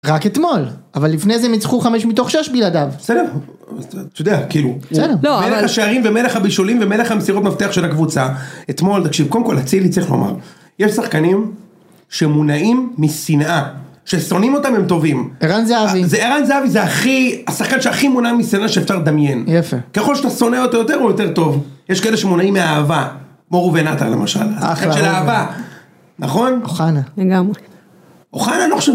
רק אתמול, אבל לפני זה הם ניצחו חמש מתוך שש בלעדיו. בסדר, אתה יודע, כאילו. לא, אבל... מלך השערים ומלך הבישולים ומלך המסירות מפתח של הקבוצה, אתמול, תקשיב, קודם כל אצילי צריך לומר, יש שחקנים שמונעים משנאה, ששונאים אותם הם טובים. ערן זהבי. זה, ערן זהבי זה הכי, השחקן שהכי מונע משנאה שאפשר לדמיין. יפה. ככל שאתה שונא אותו יותר, הוא יותר טוב. יש כאלה שמונעים מאהבה, כמו ראובן עטר למשל. אחלה ראובן. שחקן של אהבה. נכון? אוחנה. לגמרי. אוחנה? אני לא חושב.